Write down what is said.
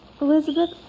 Elizabeth